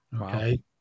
Okay